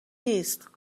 نیست